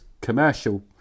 commercial